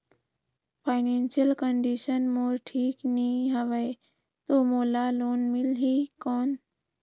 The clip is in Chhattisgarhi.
फाइनेंशियल कंडिशन मोर ठीक नी हवे तो मोला लोन मिल ही कौन??